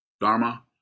Dharma